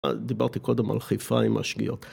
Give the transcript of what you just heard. דיברתי קודם על חיפה עם השגיאות.